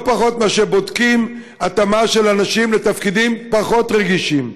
לא פחות מאשר כשבודקים התאמה של אנשים לתפקידים פחות רגישים.